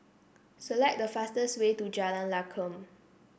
select the fastest way to Jalan Lakum